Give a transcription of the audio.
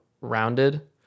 rounded